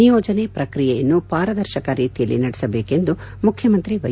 ನಿಯೋಜನೆ ಪ್ರಕ್ರಿಯೆಯನ್ನು ಪಾರದರ್ಶಕ ರೀತಿಯಲ್ಲಿ ನಡೆಸಬೇಕೆಂದು ಮುಖ್ಯಮಂತ್ರಿ ವೈ